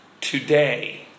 today